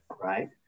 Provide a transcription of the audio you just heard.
right